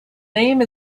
name